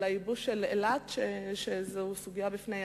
על הייבוש של אילת, שהוא סוגיה בפני עצמה,